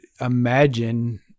imagine